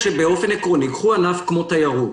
באופן עקרוני, קחו ענף כמו תיירות.